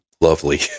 lovely